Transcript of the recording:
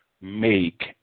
Make